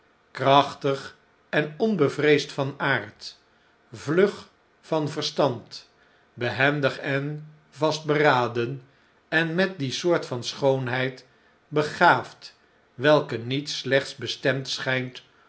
krachtig en onbevreesd van aard vlug van verstand behendig en vastberaden en met die soort van schoonheid begaafd welke niet slechtsbestemdschijntom